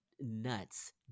nuts